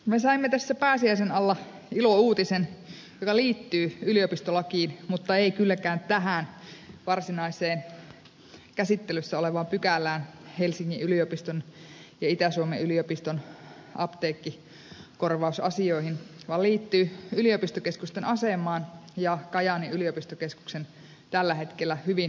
me saimme tässä pääsiäisen alla ilouutisen joka liittyy yliopistolakiin mutta ei kylläkään tähän varsinaiseen käsittelyssä olevaan pykälään helsingin yliopiston ja itä suomen yliopiston apteekkikorvausasioihin vaan se liittyy yliopistokeskusten asemaan ja kajaanin yliopistokeskuksen tällä hetkellä hyvin surulliseen tilanteeseen